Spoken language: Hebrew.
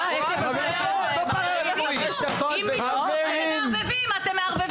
אתם מערבבים, אתם מערבבים.